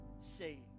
say